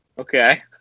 Okay